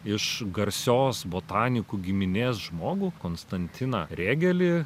iš garsios botanikų giminės žmogų konstantiną regelį